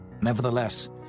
Nevertheless